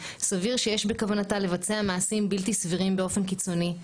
סביר שיש בכוונתה לבצע מעשים בלתי סבירים באופן קיצוני,